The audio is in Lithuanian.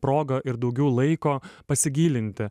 progą ir daugiau laiko pasigilinti